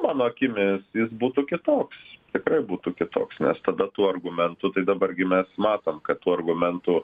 mano akimis jis būtų kitoks tikrai būtų kitoks nes tada tų argumentų tai dabar gi mes matom kad tų argumentų